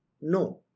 No